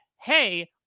hey